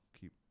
keep